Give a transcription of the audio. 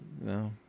no